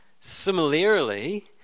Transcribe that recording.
similarly